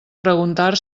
preguntar